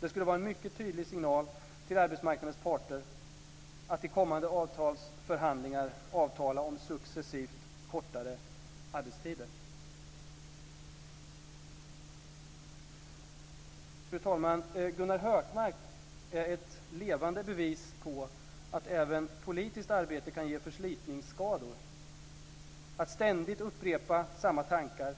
Det skulle vara en mycket tydligt signal till arbetsmarknadens parter att i stundande avtalsförhandlingar avtala om successivt kortare arbetstider. Fru talman! Gunnar Hökmark är ett levande bevis på att även politiskt arbete kan ge förslitningsskador. Att ständigt upprepa samma tankar